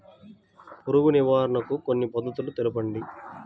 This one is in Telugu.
పురుగు నివారణకు కొన్ని పద్ధతులు తెలుపండి?